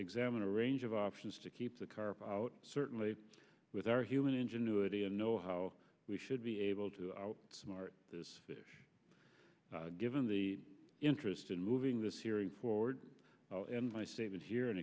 examine a range of options to keep the car out certainly with our human ingenuity and know how we should be able to outsmart this given the interest in moving this hearing forward and my statement here and